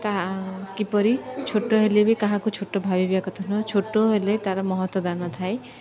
ତା' କିପରି ଛୋଟ ହେଲେ ବି କାହାକୁ ଛୋଟ ଭାବିବା କଥା ନୁହଁ ଛୋଟ ହେଲେ ତା'ର ମହତ୍ତ୍ୱ ଦାନ ଥାଏ